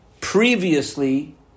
previously